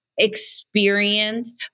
experience